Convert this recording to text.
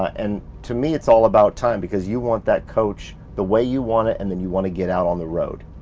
and to me it's all about time because you want that coach the way you want it. and then you wanna get out on the road.